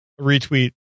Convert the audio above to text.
retweet